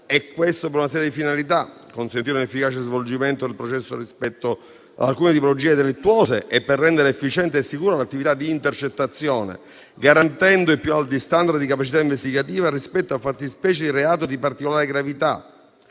e questo per una serie di finalità: consentire un efficace svolgimento del processo rispetto ad alcune tipologie delittuose e per rendere efficiente e sicura l'attività di intercettazione, garantendo i più alti *standard* di capacità investigativa rispetto a fattispecie di reato di particolare gravità;